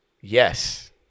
Yes